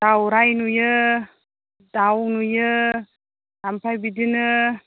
दावराय नुयो दाव नुयो आमफ्राय बिदिनो